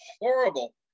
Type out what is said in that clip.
horrible